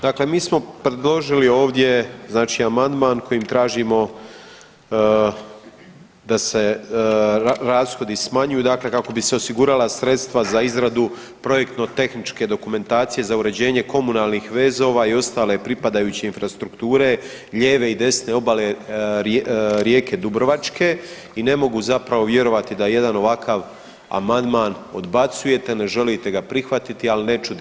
Dakle, mi smo predložili ovdje znači amandman kojim tražimo da se rashodi smanjuju dakle kako bi se osigurala sredstva za izradu projektno tehničke dokumentacije za uređenje komunalnih vezova i ostale pripadajuće infrastrukture, lijeve i desne obale Rijeke Dubrovačke i ne mogu zapravo vjerovati da jedan ovakav amandman odbacujete, ne želite ga prihvatiti ali ne čudi.